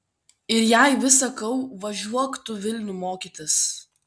ir jai vis sakau važiuok tu vilniun mokytis